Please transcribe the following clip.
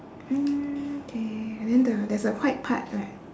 mm K and then the~ there's a white part right